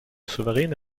souveräne